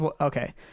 Okay